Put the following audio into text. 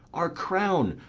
our crown,